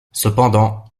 cependant